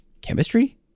chemistry